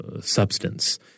substance